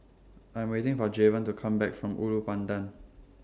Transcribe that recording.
I'm waiting For Jayvon to Come Back from Ulu Pandan